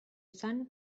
son